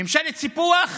ממשלת סיפוח